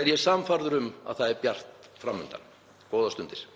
er ég sannfærður um að það er bjart fram undan. — Góðar stundir.